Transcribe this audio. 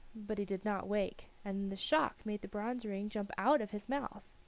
but he did not wake, and the shock made the bronze ring jump out of his mouth.